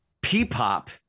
P-pop